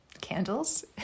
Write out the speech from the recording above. Candles